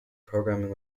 programming